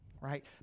Right